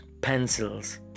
pencils